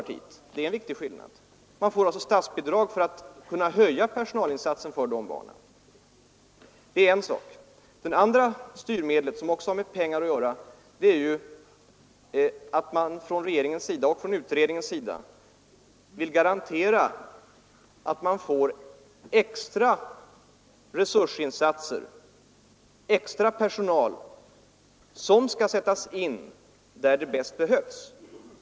Det är en viktig skillnad. Man får alltså statsbidrag för att kunna höja personalinsatsen för dessa barn. Det är en sak. Det andra styrmedlet, som också har med pengar att göra, är att man från utredningens och regeringens sida vill garantera att man får extra resursinsatser och personal, som skall sättas in där de bäst behövs.